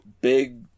big